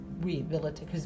rehabilitate